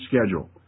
schedule